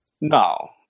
no